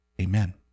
amen